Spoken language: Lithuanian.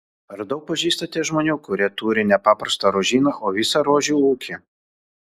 ar daug pažįstate žmonių kurie turi ne paprastą rožyną o visą rožių ūkį